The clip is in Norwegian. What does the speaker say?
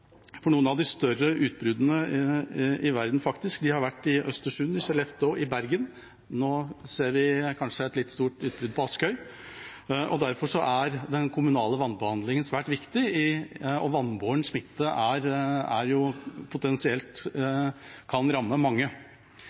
Noen av de større utbruddene i verden har faktisk vært i Østersund, i Skellefteå og i Bergen. Nå ser vi kanskje et litt stort utbrudd på Askøy, og derfor er den kommunale vannbehandlingen svært viktig. Vannbåren smitte kan jo potensielt ramme mange.